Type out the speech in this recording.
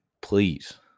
please